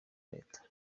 leta